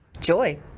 Joy